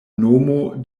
nomo